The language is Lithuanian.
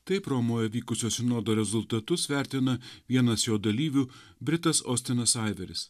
taip romoje vykusio sinodo rezultatus vertina vienas jo dalyvių britas ostinas aiveris